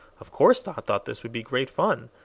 of course dot thought this would be great fun,